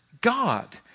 God